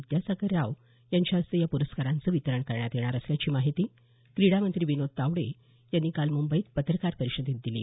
विद्यासागर राव यांच्या हस्ते या पुरस्कारांचं वितरण करण्यात येणार असल्याची माहिती क्रीडामंत्री विनोद तावडे यांनी काल मुंबईत पत्रकार परिषदेमध्ये दिली